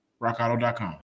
rockauto.com